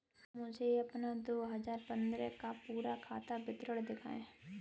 मुझे अपना दो हजार पन्द्रह का पूरा खाता विवरण दिखाएँ?